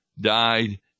died